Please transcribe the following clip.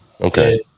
Okay